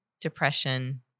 depression